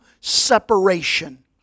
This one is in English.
separation